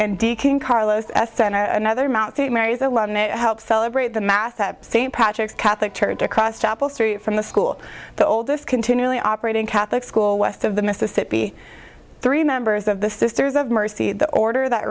and deacon carlos another mount st mary's a lot of help celebrate the mass at st patrick's catholic church across chapel street from the school the oldest continually operating catholic school west of the mississippi three members of the sisters of mercy the order that